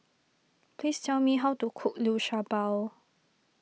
please tell me how to cook Liu Sha Bao